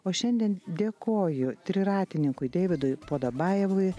o šiandien dėkoju triratininkui deividui podabajevui